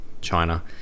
China